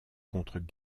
contre